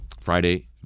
Friday